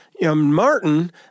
Martin